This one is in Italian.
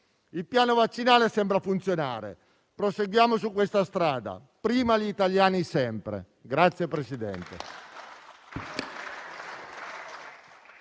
Il piano vaccinale sembra funzionare; proseguiamo su questa strada. Prima gli italiani sempre.